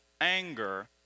anger